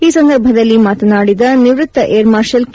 ಈ ಸಂದರ್ಭದಲ್ಲಿ ಮಾತನಾಡಿದ ನಿವೃತ್ತ ಏರ್ ಮಾರ್ಷಲ್ ಕೆ